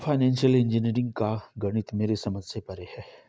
financial engineering का गणित मेरे समझ से परे है